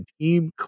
team